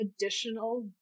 additional